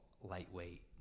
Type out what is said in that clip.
lightweight